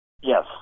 Yes